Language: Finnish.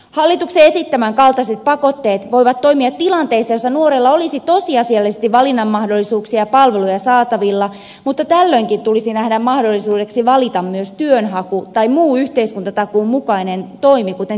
hallituksen esittämän kaltaiset pakotteet voivat toimia tilanteissa joissa nuorella olisi tosiasiallisesti valinnanmahdollisuuksia ja palveluja saatavilla mutta tällöinkin tulisi nähdä mahdollisuudeksi valita myös työnhaku tai muu yhteiskuntatakuun mukainen toimi kuten työpajatoiminta